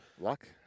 Luck